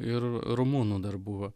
ir rumunų dar buvo